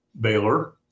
baylor